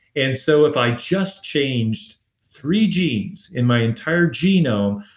and so if i just changed three genes in my entire genome,